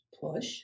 push